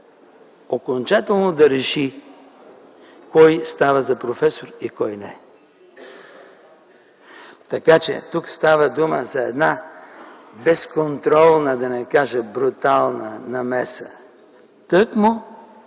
окончателно да реши кой става за професор и кой не. Тук става дума за една безконтролна, да не кажа брутална намеса тъкмо